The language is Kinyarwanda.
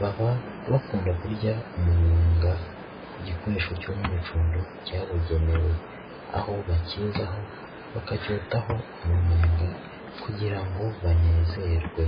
baba bakunda kurya umunyenga ku gikoresho cy'umwicundo cyabugenewe, aho bakizaho bakacyotaho umunyenga kugira ngo banezerwe.